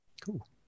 cool